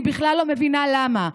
אני בכלל לא מבינה למה.